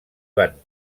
van